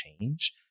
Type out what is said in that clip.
change